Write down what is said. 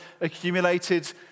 accumulated